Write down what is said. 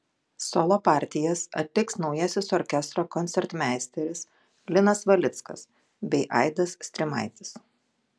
solo partijas atliks naujasis orkestro koncertmeisteris linas valickas bei aidas strimaitis